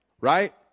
right